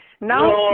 Now